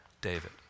David